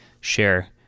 share